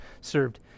served